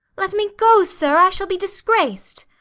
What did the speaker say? let me go, sir. i shall be disgraced.